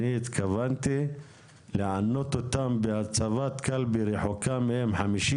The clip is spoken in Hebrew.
אני התכוונתי לענות אותם בהצבת קלפי רחוקה מהם 50,